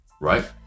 Right